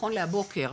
נכון להבוקר,